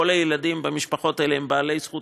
כל הילדים במשפחות האלה הם בעלי זכות